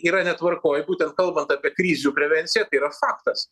yra netvarkoj būtent kalbant apie krizių prevenciją tai yra faktas